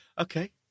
Okay